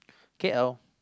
K_L